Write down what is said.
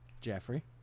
Jeffrey